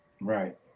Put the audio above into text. Right